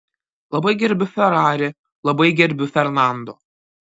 labai gerbiu ferrari labai gerbiu fernando